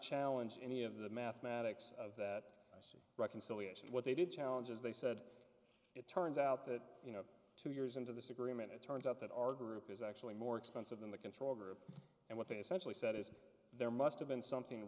challenge any of the mathematics of that city reconciliation what they did challenges they said it turns out that you know two years into this agreement it turns out that our group is actually more expensive than the control group and what they centrally said is there must have been something